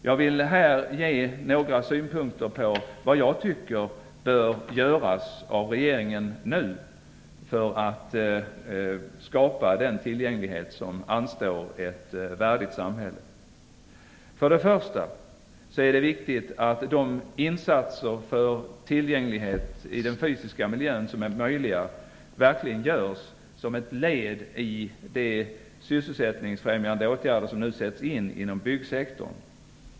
Jag vill här ge några synpunkter på vad jag tycker regeringen bör göra nu för att skapa den tillgänglighet som anstår ett värdigt samhälle. För det första är det viktigt att de insatser för tillgänglighet i den fysiska miljön som är möjliga verkligen genomförs som ett led i de sysselsättningsfrämjande åtgärder som nu sätts in inom byggsektorn.